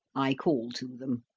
i call to them.